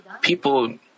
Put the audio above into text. people